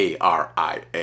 ARIA